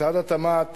משרד התמ"ת